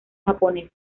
japonesas